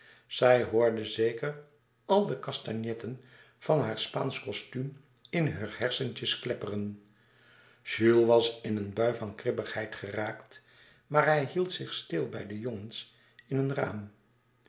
zij hoorde zeker al de castagnetten van haar spaansch costuum in heur hersentjes klepperen jules was in een bui van kribbigheid geraakt maar hij hield zich stil bij de jongens in een raam